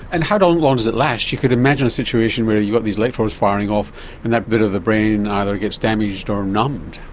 and how long does it last? you can imagine a situation where you've got these electrodes firing off and that bit of the brain either gets damaged or numbed.